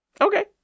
Okay